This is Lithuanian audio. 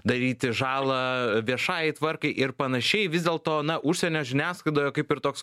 daryti žalą viešajai tvarkai ir panašiai vis dėlto na užsienio žiniasklaidoje kaip ir toks